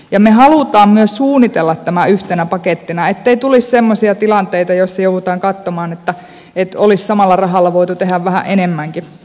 me haluamme myös suunnitella tämän yhtenä pakettina ettei tulisi semmoisia tilanteita joissa joudutaan katsomaan että olisi samalla rahalla voitu tehdä vähän enemmänkin